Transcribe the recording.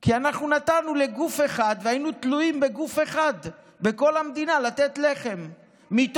כי אנחנו נתנו לגוף אחד והיינו תלויים בגוף אחד לתת לחם בכל המדינה,